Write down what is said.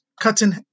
cutting